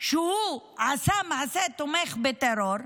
שהוא עשה מעשה תומך בטרור,